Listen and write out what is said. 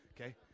okay